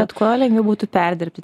kad kuo lengviau būtų perdirbti